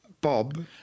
Bob